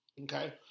okay